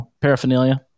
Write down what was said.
paraphernalia